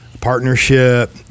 partnership